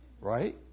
Right